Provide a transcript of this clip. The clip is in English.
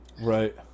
Right